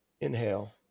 inhale